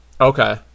Okay